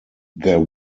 there